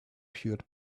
cured